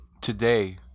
today